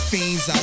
Fiends